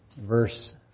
verse